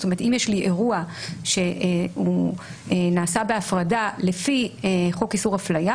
זאת אומרת שאם יש לי אירוע שנעשה בהפרדה לפי חוק איסור הפליה